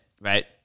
Right